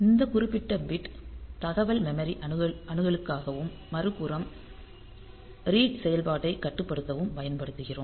இந்த குறிப்பிட்ட பிட் தகவல் மெமரி அணுகலுக்காகவும் மறுபுறம் ரீட் செயல்பாட்டைக் கட்டுப்படுத்தவும் பயன்படுத்துகிறோம்